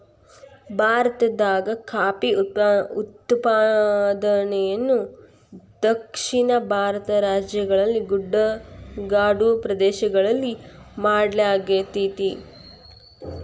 ಭಾರತದಾಗ ಕಾಫಿ ಉತ್ಪಾದನೆಯನ್ನ ದಕ್ಷಿಣ ಭಾರತದ ರಾಜ್ಯಗಳ ಗುಡ್ಡಗಾಡು ಪ್ರದೇಶಗಳಲ್ಲಿ ಮಾಡ್ಲಾಗತೇತಿ